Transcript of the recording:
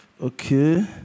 okay